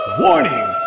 Warning